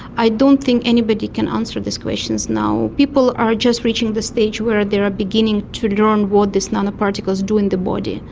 i don't think anybody can answer these questions now. people are just reaching the stage where they are beginning to learn what these nanoparticles do in the body.